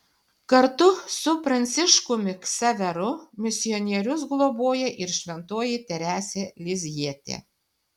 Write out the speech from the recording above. kartu su pranciškumi ksaveru misionierius globoja ir šventoji teresė lizjietė